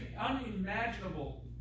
unimaginable